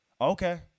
Okay